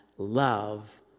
Love